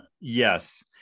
yes